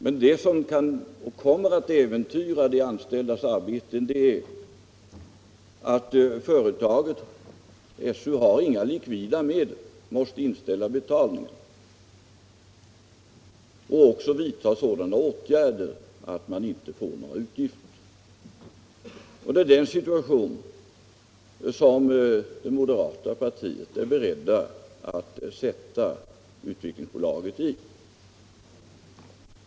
Men det som kommer att äventyra de anställdas arbeten är att Utvecklingsbolaget inte har några likvida medel. Bolaget måste inställa betalningarna och också vidta sådana åtgärder att det inte får några utgifter. Det är den situation som moderata samlingspartiet är berett att sätta Utvecklingsbolaget i.